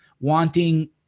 wanting